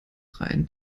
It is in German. rein